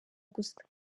gusa